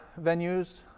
venues